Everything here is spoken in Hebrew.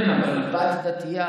כן, אבל בת דתייה